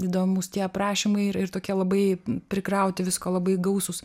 įdomūs tie aprašymai ir ir tokie labai prikrauti visko labai gausūs